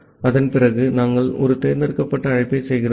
அதன் பிறகு நாங்கள் ஒரு தேர்ந்தெடுக்கப்பட்ட அழைப்பை செய்கிறோம்